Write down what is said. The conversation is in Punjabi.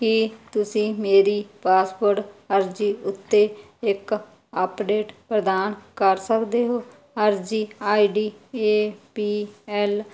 ਕੀ ਤੁਸੀਂ ਮੇਰੀ ਪਾਸਪੋਰਟ ਅਰਜ਼ੀ ਉੱਤੇ ਇੱਕ ਅੱਪਡੇਟ ਪ੍ਰਦਾਨ ਕਰ ਸਕਦੇ ਹੋ ਅਰਜ਼ੀ ਆਈਡੀ ਏ ਪੀ ਐਲ